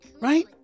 right